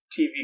TV